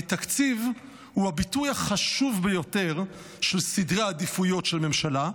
כי תקציב הוא הביטוי החשוב ביותר של סדרי העדיפויות של ממשלה,